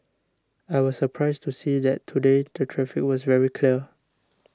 I was surprised to see that today the traffic was very clear